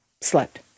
slept